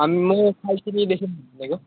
हामी म कालचिनीदेखि हिँडेको